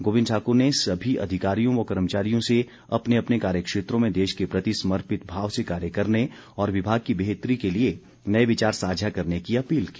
गोविंद ठाकुर ने सभी अधिकारियों व कर्मचारियों से अपने अपने कार्यक्षेत्रों में देश के प्रति समर्पित भाव से कार्य करने और विभाग की बेहतरी के लिए नए विचार साझा करने की अपील की